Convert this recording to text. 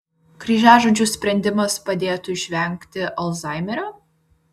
kryžiažodžių sprendimas padėtų išvengti alzhaimerio